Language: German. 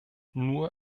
nur